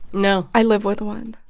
no i live with one